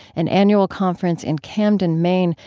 an annual conference in camden, maine,